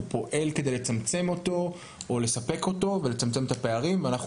הוא פועל כדי לספק אותו ולצמצם את הפערים ואנחנו